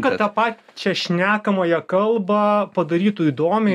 kad tą pačią šnekamąją kalbą padarytų įdomią